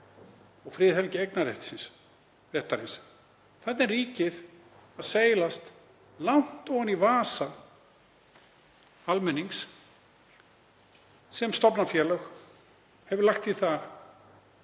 og friðhelgi eignarréttarins, þarna er ríkið að seilast langt ofan í vasa almennings sem stofnar félög, hefur lagt í það